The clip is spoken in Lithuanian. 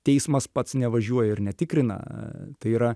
teismas pats nevažiuoja ir netikrina tai yra